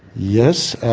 yes,